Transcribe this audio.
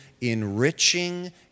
enriching